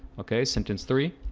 okay symptoms three